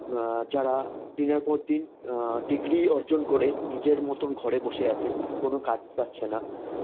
যারা দিনের পর দিন ডিগ্রি অর্জন করে নিজের মতন ঘরে বসে আছে কোনো কাজ পাচ্ছে না